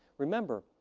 remember,